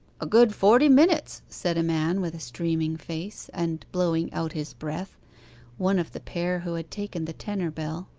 a good forty minutes said a man with a streaming face, and blowing out his breath one of the pair who had taken the tenor bell.